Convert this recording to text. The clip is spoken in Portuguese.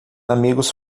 amigos